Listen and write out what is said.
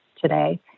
today